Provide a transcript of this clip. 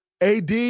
AD